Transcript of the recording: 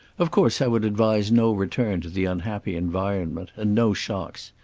of course i would advise no return to the unhappy environment, and no shocks.